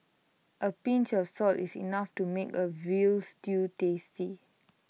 A pinch of salt is enough to make A Veal Stew tasty